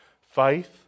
faith